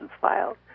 filed